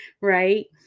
right